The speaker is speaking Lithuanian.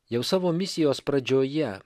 jau savo misijos pradžioje